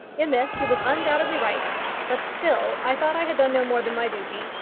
in this he was undoubtedly right but still i thought i had done no more than my duty,